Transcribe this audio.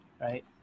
Right